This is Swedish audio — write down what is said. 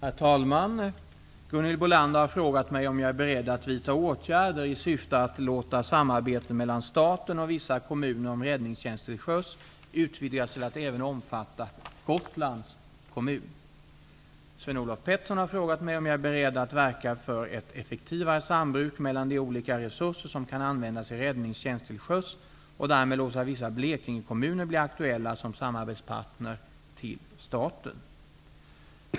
Herr talman! Gunhild Bolander har frågat mig om jag är beredd att vidta åtgärder i syfte att låta samarbetet mellan staten och vissa kommuner om räddningstjänst till sjöss utvidgas till att även omfatta Gotlands kommun. Sven-Olof Petersson har frågat mig om jag är beredd att verka för ett effektivare sambruk mellan de olika resurser som kan användas i räddningstjänst till sjöss och därmed låta vissa Blekingekommuner bli aktuella som samarbetspartner till staten.